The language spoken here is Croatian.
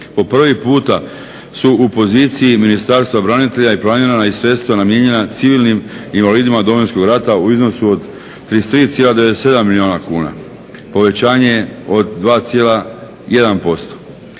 Po prvi puta su u poziciji Ministarstvo branitelja i planirana sredstva namijenjena civilnim invalidima Domovinskog rata u iznosu 33,97 milijuna kuna, povećanje od 2,1%